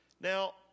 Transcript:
Now